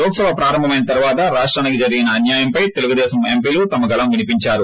లోక్సభ ప్రారంభమైన తర్వాత రాష్టానికి జరిగిన అన్యాయంపై తెలుగుదేశం ఎంపీలు తమ గళం వినిపించారు